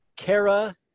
Kara